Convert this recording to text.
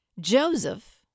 Joseph